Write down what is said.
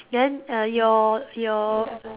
then uh your your